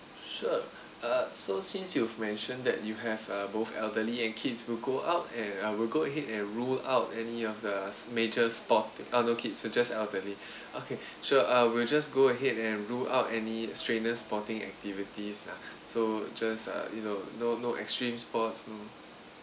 sure uh so since you've mentioned that you have uh both elderly and kids will go out and I will go ahead and rule out any of the major spot uh no kids so just elderly okay sure uh we'll just go ahead and ruled out any strainers sporting activities lah so just uh you know no no extreme sports you know